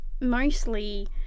Mostly